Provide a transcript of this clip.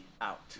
out